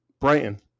Brighton